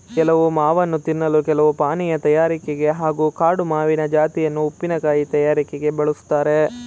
ಕೆಲವು ಮಾವನ್ನು ತಿನ್ನಲು ಕೆಲವು ಪಾನೀಯ ತಯಾರಿಕೆಗೆ ಹಾಗೂ ಕಾಡು ಮಾವಿನ ಜಾತಿಯನ್ನು ಉಪ್ಪಿನಕಾಯಿ ತಯಾರಿಕೆಗೆ ಬಳುಸ್ತಾರೆ